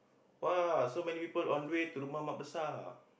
[wah] so many people on the way to the rumah Mak Besar